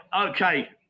Okay